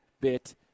bit